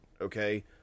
okay